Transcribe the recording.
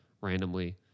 randomly